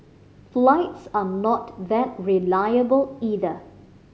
flights are not that reliable either